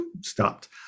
stopped